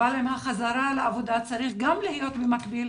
אבל עם החזרה לעבודה צריכה במקביל להיות